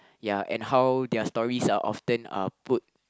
ya and how their stories are often uh put